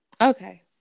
Okay